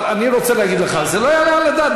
אבל אני רוצה להגיד לך: זה לא יעלה על הדעת,